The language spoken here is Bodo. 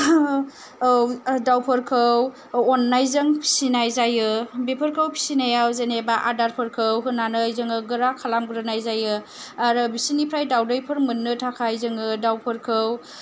दाउफोरखौ अननायजों फिसिनाय जायो बेफोरखौ फिसिनायाव जेनेबा आदारफोरखौ होनानै जोङो गोरा खालामग्रोनाय जायो आरो बिसिनिफ्राय दाउदैफोर मोननो थाखाय जोङो दाउफोरखौ